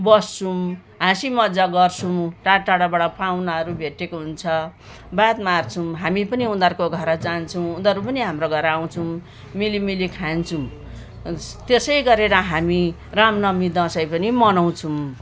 बस्छौँ हाँसीमजाक गर्छौँ टाढटाढाबाट पाहुनाहरू भेटेको हुन्छ बात मार्छौँ हामी पनि उनीहरूको घर जान्छौँ उनीहरू पनि हाम्रो घर आउँछन् मिलीमिली खान्छौँ त्यसै गरेर हामी रामनवमी दसैँ पनि मनाउँछौँ